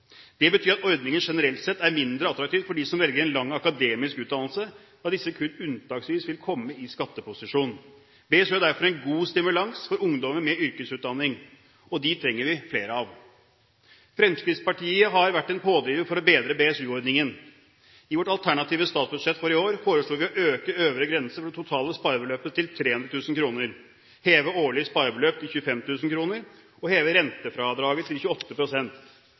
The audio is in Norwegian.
Det betyr at ordningen generelt sett er mindre attraktiv for dem som velger en lang akademisk utdannelse, da disse kun unntaksvis vil komme i skatteposisjon. BSU er derfor en god stimulans for ungdommer med yrkesutdanning, og dem trenger vi flere av. Fremskrittspartiet har vært en pådriver for å bedre BSU-ordningen. I vårt alternative statsbudsjett for i år foreslo vi å øke øvre grense for det totale sparebeløpet til 300 000 kr, heve årlig sparebeløp til 25 000 kr og heve rentefradraget til